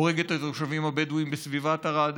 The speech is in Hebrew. הורג את התושבים הבדואים בסביבת ערד,